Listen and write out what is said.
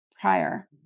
prior